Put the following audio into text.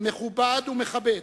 מכובד ומכבד,